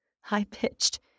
high-pitched